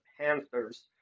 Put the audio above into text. Panthers